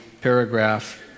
paragraph